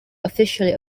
officially